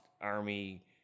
army